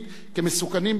כמסוכנים ביותר,